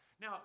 Now